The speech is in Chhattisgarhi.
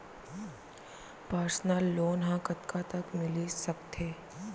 पर्सनल लोन ह कतका तक मिलिस सकथे?